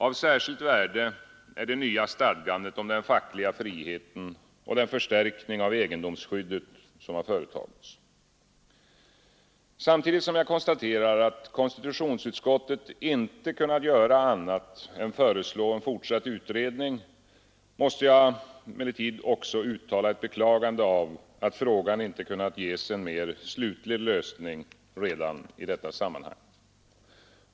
Av särskilt värde är det nya stadgandet om den fackliga friheten och den förstärkning av egendomsskyddet som företagits. Samtidigt som jag konstaterar, att konstitutionsutskottet inte kunnat göra annat än föreslå fortsatt utredning, måste jag emellertid också uttala ett beklagande av att frågan inte kunnat ges en mera slutlig lösning redan i detta sammanhang.